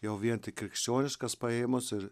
jau vien tik krikščioniškas paėmus ir